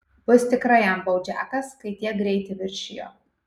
bus tikrai jam baudžiakas kai tiek greitį viršijo